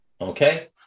Okay